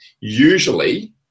usually